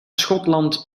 schotland